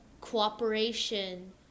cooperation